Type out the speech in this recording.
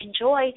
enjoy